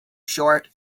short